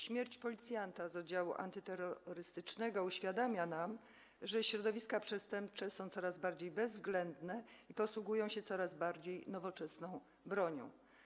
Śmierć policjanta z oddziału antyterrorystycznego uświadamia nam, że środowiska przestępcze są coraz bardziej bezwzględne i posługują się coraz bardziej nowoczesną bronią.